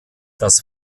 das